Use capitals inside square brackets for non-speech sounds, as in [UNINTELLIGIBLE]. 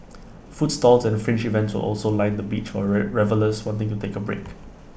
food stalls and fringe events also line the beach for [UNINTELLIGIBLE] revellers wanting to take A break